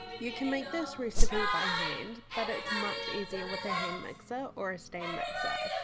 you can make this recipe by hand, but it's much easier with a hand mixer or a stand mixer.